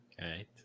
Right